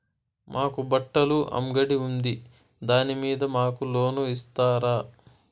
మాకు బట్టలు అంగడి ఉంది దాని మీద మాకు లోను ఇస్తారా